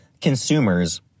consumers